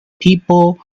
people